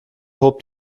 hob